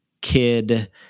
kid